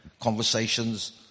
conversations